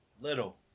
Little